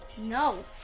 No